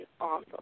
Awesome